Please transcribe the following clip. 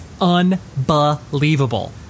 unbelievable